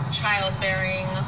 childbearing